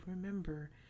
remember